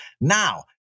Now